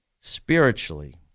spiritually